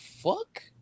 fuck